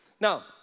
Now